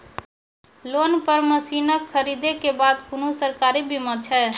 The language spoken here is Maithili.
लोन पर मसीनऽक खरीद के बाद कुनू सरकारी बीमा छै?